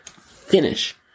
finish